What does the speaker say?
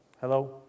Hello